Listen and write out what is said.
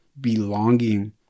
belonging